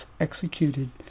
executed